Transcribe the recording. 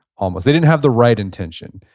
almost. they didn't have the right intention.